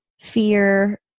fear